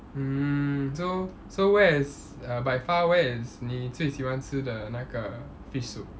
mm so so where is err by far where is 你最喜欢吃的那个 fish soup